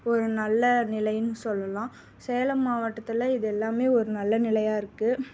ஒரு நல்ல நிலைன்னு சொல்லலாம் சேலம் மாவட்டத்தில் இது எல்லாமே ஒரு நல்ல நிலையாக இருக்குது